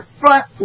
front